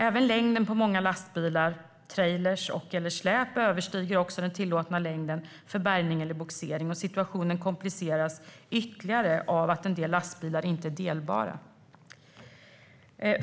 Även längden på många lastbilar, trailrar eller släp överstiger också den tillåtna längden för bärgning eller bogsering. Situationen kompliceras ytterligare av att en del lastbilar inte är delbara.